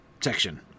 section